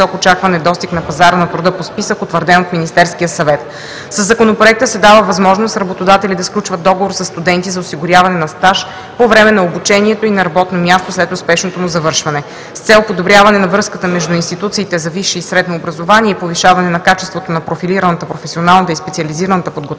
възможност работодатели да сключват договор със студенти за осигуряване на стаж по време на обучението и на работно място след успешното му завършване. С цел подобряване на връзката между институциите за висше и средно образование и повишаване на качеството на профилираната, професионалната и специализираната подготовка